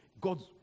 God's